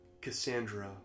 Cassandra